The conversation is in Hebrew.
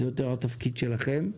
זה יותר התפקיד שלכם.